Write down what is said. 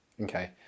Okay